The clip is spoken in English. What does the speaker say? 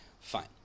Fine